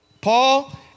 Paul